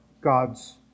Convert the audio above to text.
God's